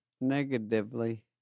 Negatively